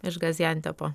iš gaziantepo